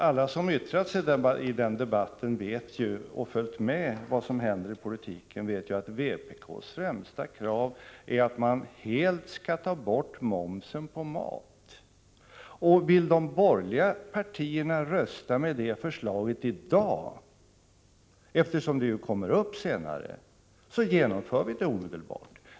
Alla som yttrat sig i debatten och följt med vad som händer i politiken vet ju att vpk:s främsta krav är att man helt skall ta bort momsen på mat. Vill de borgerliga partierna rösta för det förslaget i dag, eftersom det ju kommer upp senare, genomför vi det omedelbart.